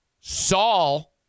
Saul